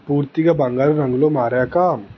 పూర్తిగా బంగారు రంగులో మారాక